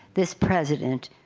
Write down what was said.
this president